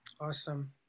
Awesome